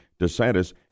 DeSantis